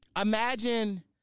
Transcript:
imagine